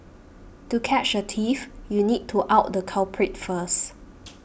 to catch a thief you need to out the culprit first